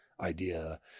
idea